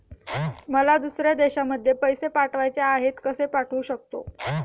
मला दुसऱ्या देशामध्ये पैसे पाठवायचे आहेत कसे पाठवू शकते?